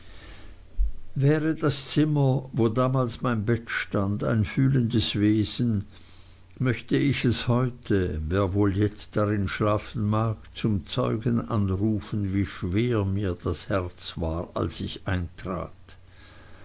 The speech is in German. wäre das zimmer wo damals mein bett stand ein fühlendes wesen möchte ich es heute wer wohl jetzt darin schlafen mag zum zeugen anrufen wie schwer mir das herz war als ich eintrat